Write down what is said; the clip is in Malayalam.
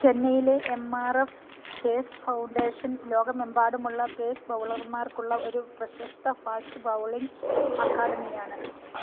ചെന്നൈയിലെ M R F pace foundation ലോകമെമ്പാടുമുള്ള പേസ് ബൗളർമാർക്കുള്ള ഒരു പ്രശസ്ത ഫാസ്റ്റ് ബൗളിങ് അക്കാഡമിയാണ്